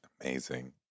Amazing